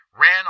ran